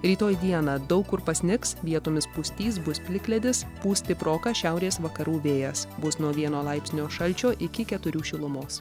rytoj dieną daug kur pasnigs vietomis pustys bus plikledis pūs stiprokas šiaurės vakarų vėjas bus nuo vieno laipsnio šalčio iki keturių šilumos